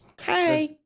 Hi